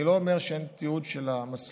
אני לא אומר שאין תיעוד של המסלול.